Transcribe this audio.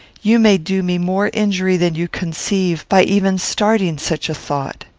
you may do me more injury than you conceive, by even starting such a thought.